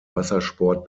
wassersport